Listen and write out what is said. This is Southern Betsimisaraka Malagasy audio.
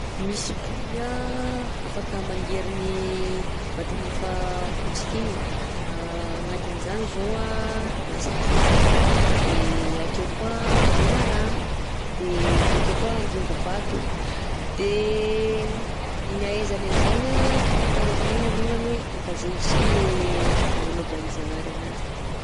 Misy biby anh afaka mangerigna i vatany efa potsiky igny. _x000D_ Agnatin'zany zao anh ansasatra, de akeo koa menaragna, de akeo koa androngo vato. De ny ahaizany an'zany anh fahafantarako ananjy alongany hoe efa zainy si lay nagnanaovan'i Zagnahary ananjy.